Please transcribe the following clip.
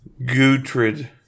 Gutrid